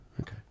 Okay